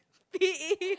P_E~